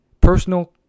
personal